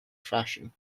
fashion